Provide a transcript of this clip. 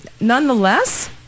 nonetheless